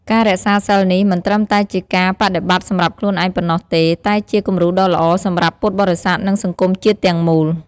ការរក្សាសីលនេះមិនត្រឹមតែជាការបដិបត្តិសម្រាប់ខ្លួនឯងប៉ុណ្ណោះទេ តែជា គំរូដ៏ល្អ សម្រាប់ពុទ្ធបរិស័ទ និងសង្គមជាតិទាំងមូល។